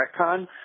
retcon